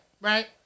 Right